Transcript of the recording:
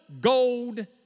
gold